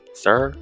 sir